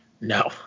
No